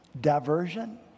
diversion